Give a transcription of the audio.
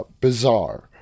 bizarre